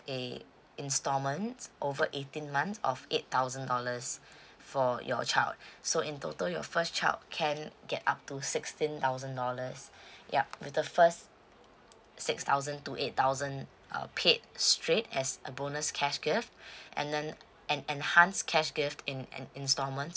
a instalments over eighteen months of eight thousand dollars for your child so in total your first child can get up to sixteen thousand dollars yup with the first six thousand to eight thousand uh paid straight as a bonus cash gift and then an enhanced cash gift in and instalments